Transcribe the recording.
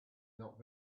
not